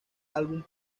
álbum